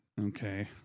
okay